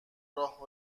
راه